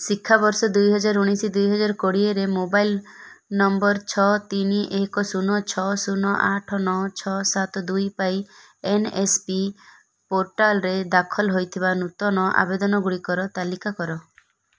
ଶିକ୍ଷା ବର୍ଷ ଦୁଇହଜାରେ ଉଣେଇଶି ଦୁଇହଜାର କୋଡ଼ିଏରେ ମୋବାଇଲ୍ ନମ୍ବର୍ ଛଅ ତିନି ଏକ ଶୂନ ଛଅ ଶୂନ ଆଠ ନଅ ଛଅ ସାତ ଦୁଇ ପାଇଁ ଏନ୍ ଏସ୍ ପି ପୋର୍ଟାଲରେ ଦାଖଲ ହେଇଥିବା ନୂତନ ଆବେଦନଗୁଡ଼ିକର ତାଲିକା କର